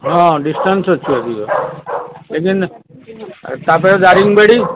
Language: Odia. ହଁ ଡିଷ୍ଟାନ୍ସ ଅଛି ଅଧିକ ଏଗେନ୍ ତା'ପରେ ଦାରିଙ୍ଗବାଡ଼ି